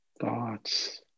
thoughts